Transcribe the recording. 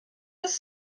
ist